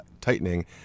tightening